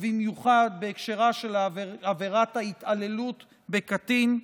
ובמיוחד בהקשרה של עבירת התעללות בקטין,